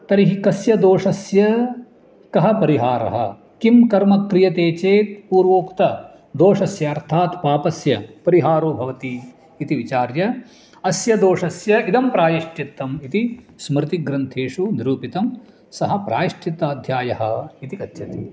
तर्हि कस्य दोषस्य कः परिहारः किं कर्म क्रियते चे पूर्वोक्तदोषस्य अर्थात् पापस्य परिहारो भवति इति विचार्य अस्य दोषस्य इदं प्रायश्चित्तम् इति स्मृतिग्रन्थेषु निरूपितं सः प्रायश्चित्ताध्यायः इति कथ्यते